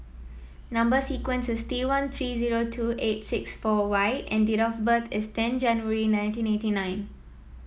number sequence is T one three zero two eight six four Y and date of birth is ten January nineteen eighty nine